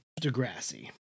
Degrassi